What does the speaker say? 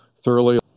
thoroughly